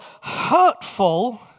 hurtful